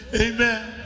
Amen